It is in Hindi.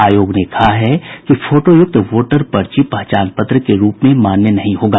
आयोग ने कहा है कि फोटोयुक्त वोटर पर्ची पहचान पत्र के रूप में मान्य नहीं होगा